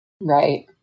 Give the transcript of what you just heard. Right